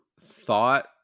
thought